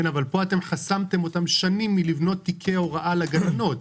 אבל פה חסמתם אותם שנים מלבנות תיקי הוראה לגננות.